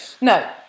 No